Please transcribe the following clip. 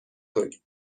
کنیم